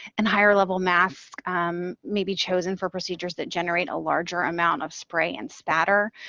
and higher level masks may be chosen for procedures that generate a larger amount of spray and spatter.